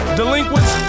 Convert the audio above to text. delinquents